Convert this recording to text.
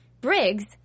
Briggs